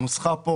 הנוסחה כאן,